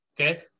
Okay